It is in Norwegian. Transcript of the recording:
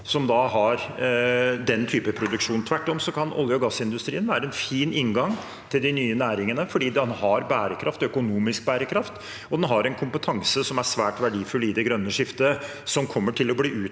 som har den typen produksjon. Tvert om kan olje- og gassindustrien være en fin inngang til de nye næringene fordi den har økonomisk bærekraft og en kompetanse som er svært verdifull i det grønne skiftet, og som kommer til å bli